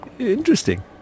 Interesting